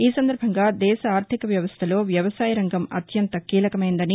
ఈ సందర్బంగా దేశ ఆర్దిక వ్యవస్థలో వ్యవసాయ రంగం అత్యంత కీలకమైనదని